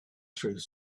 through